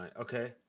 Okay